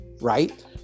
right